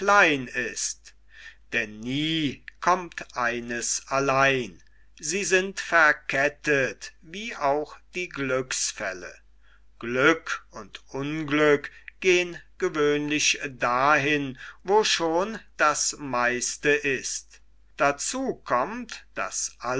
hören denn nie kommt eines allein sie sind verkettet wie auch die glücksfälle glück und unglück gehn gewöhnlich dahin wo schon das meiste ist dazu kommt daß